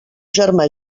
germà